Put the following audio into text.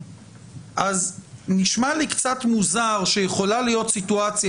אז נשמע לי קצת מוזר שיכולה להיות סיטואציה